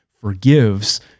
forgives